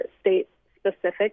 state-specific